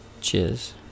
Cheers